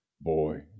Boy